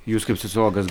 jūs kaip sociologas